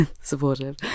supportive